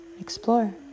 explore